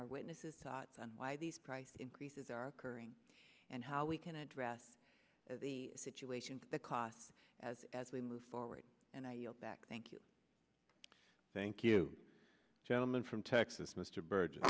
our witnesses thoughts on why these price increases are occurring and how we can address the situation the costs as as we move forward and i yield back thank you thank you gentleman from texas mr b